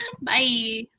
Bye